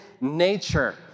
nature